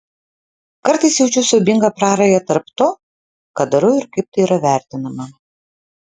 kartais jaučiu siaubingą prarają tarp to ką darau ir kaip tai yra vertinama